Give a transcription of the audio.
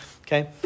okay